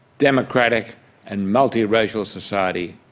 democratic and multi-racial society,